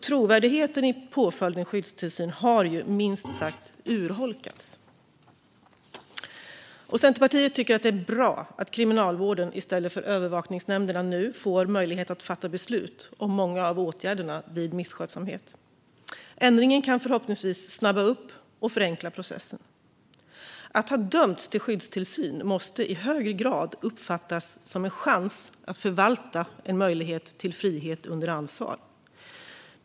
Trovärdigheten i påföljden skyddstillsyn har, minst sagt, urholkats. Centerpartiet tycker att det är bra att Kriminalvården, i stället för övervakningsnämnderna, nu får möjlighet att fatta beslut om många av åtgärderna vid misskötsamhet. Ändringen kan förhoppningsvis snabba upp och förenkla processen. Att ha dömts till skyddstillsyn måste i högre grad uppfattas som en chans att förvalta en möjlighet till frihet under ansvar.